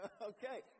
okay